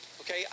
Okay